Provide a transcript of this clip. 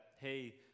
hey